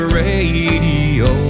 radio